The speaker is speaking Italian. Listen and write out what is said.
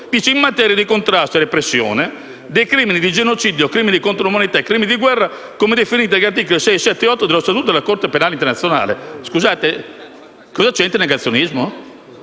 dice: «in materia di contrasto e repressione dei crimini di genocidio, crimini contro l'umanità e crimini di guerra, come definiti dagli articoli 6, 7 e 8 dello statuto della Corte penale internazionale». Scusate, cosa c'entra il negazionismo?